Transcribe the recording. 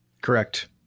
Correct